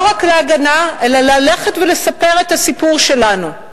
לא רק להגנה, אלא ללכת ולספר את הסיפור שלנו.